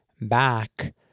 back